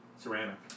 Ceramic